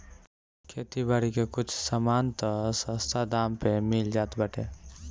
खेती बारी के कुछ सामान तअ सस्ता दाम पे मिल जात बाटे